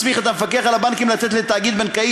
מסמיך את המפקח על הבנקים לתת לתאגיד בנקאי